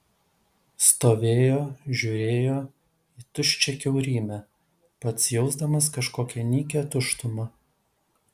stovėjo žiūrėjo į tuščią kiaurymę pats jausdamas kažkokią nykią tuštumą